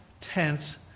tense